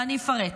ואני אפרט.